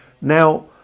Now